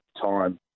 time